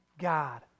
god